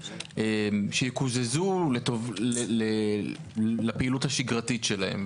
שיקוזזו לפעילות השגרתית שלהם.